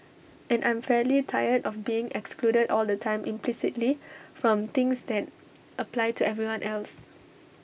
and I'm fairly tired of being excluded all the time implicitly from things that apply to everyone else